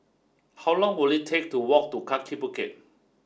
how long will it take to walk to Kaki Bukit